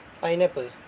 pineapple